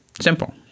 Simple